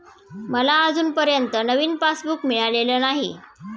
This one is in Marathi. मला अजूनपर्यंत नवीन पासबुक मिळालेलं नाही